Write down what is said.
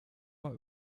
war